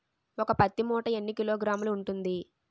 ఒక పత్తి మూట ఎన్ని కిలోగ్రాములు ఉంటుంది?